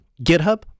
GitHub